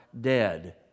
dead